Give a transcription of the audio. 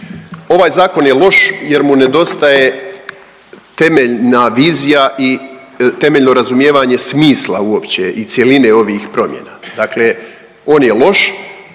Ovaj zakon je loš jer mu nedostaje temeljna vizija i temeljno razumijevanje smisla uopće i cjeline ovih promjena, dakle on je loš,